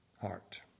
heart